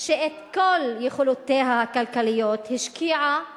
שאת כל יכולותיה הכלכליות השקיעה